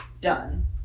done